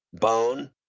bone